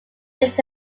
fit